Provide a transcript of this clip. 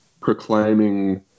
proclaiming